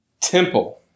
Temple